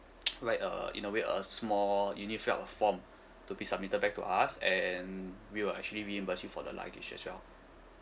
write a in a way of small you need fill a form to be submitted back to us and we will actually reimburse you for the luggage as well